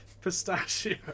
Pistachio